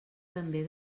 també